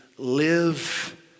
Live